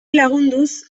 lagunduz